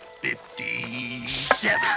Fifty-seven